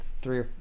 three